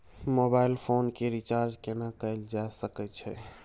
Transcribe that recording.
Mobile phone के recharge केना कैल जा सकै छै?